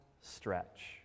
stretch